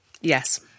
Yes